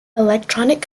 electronic